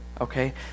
okay